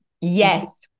yes